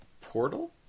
Portal